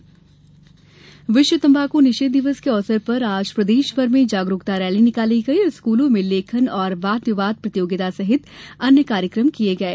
तंबाकू निषेध दिवस विश्व तम्बाकू निषेध दिवस के अवसर पर आज प्रदेशभर में जागरूकता रैली निकाली गई और स्कूलों में लेखन और वाद विवाद प्रतियोगिता सहित कई अन्य कार्यकम आयोजित किये गये